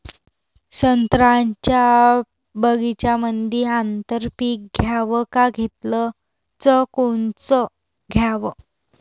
संत्र्याच्या बगीच्यामंदी आंतर पीक घ्याव का घेतलं च कोनचं घ्याव?